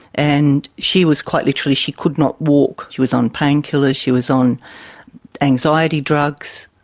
and she was quite literally, she could not walk. she was on painkillers, she was on anxiety drugs.